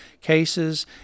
cases